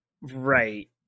Right